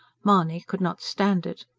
mahony could not stand it.